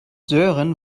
sören